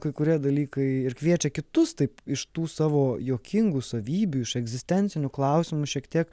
kai kurie dalykai ir kviečia kitus taip iš tų savo juokingų savybių iš egzistencinių klausimų šiek tiek